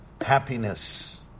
happiness